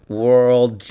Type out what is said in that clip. world